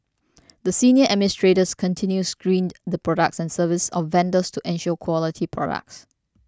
the senior administrators continuously screened the products and services of vendors to ensure quality products